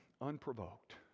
unprovoked